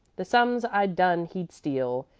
the sums i'd done he'd steal,